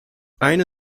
eine